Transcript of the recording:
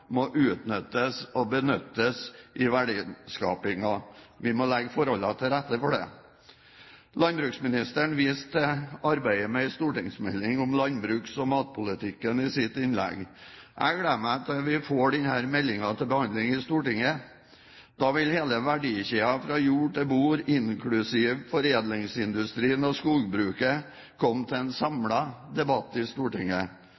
må utnyttes og benyttes i verdiskapingen. Vi må legge forholdene til rette for det. Landbruksministeren viste til arbeidet med en stortingsmelding om landbruks- og matpolitikken i sitt innlegg. Jeg gleder meg til vi får denne meldingen til behandling i Stortinget. Da vil hele verdikjeden fra jord til bord, inklusive foredlingsindustrien og skogbruket, komme til en samlet debatt i Stortinget.